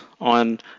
on